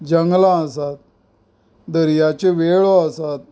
जंगलां आसात दर्याच्यो वेळो आसात